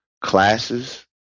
classes